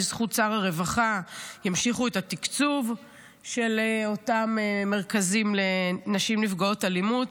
בזכות שר הרווחה ימשיכו את התקצוב של אותם מרכזים לנשים נפגעות אלימות,